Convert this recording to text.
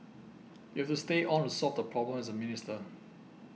you have to stay on to solve the problem as a minister